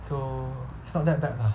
so it's not that bad lah